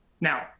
Now